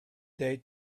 day